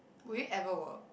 will you ever work